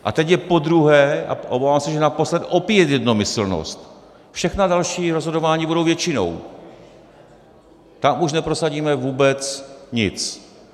A teď je podruhé, a obávám se, že naposled, opět jednomyslnost, všechna další rozhodování budou většinou, tam už neprosadíme vůbec nic.